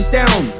down